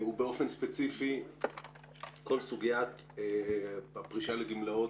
ובאופן ספציפי בכל סוגיית הפרישה לגמלאות